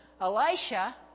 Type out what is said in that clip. Elisha